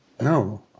No